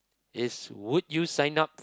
is would you sign up